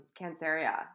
Canceria